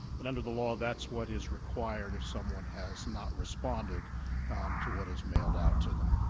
and under the law, that's what is required if someone has not responded to what is mailed out to them.